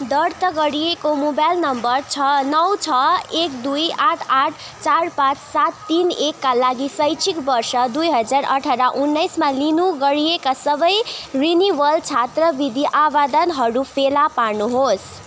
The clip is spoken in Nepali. दर्ता गरिएको मोबाइल नम्बर छ नौ छ एक दई आठ आठ चार पाँच सात तिन एकका लागि शैक्षिक वर्ष दुई हजार अठार उन्नाइसमा रिन्यू गरिएका सबै रिनिवल छात्रवृत्ति आवेदनहरू फेला पार्नुहोस्